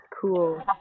cool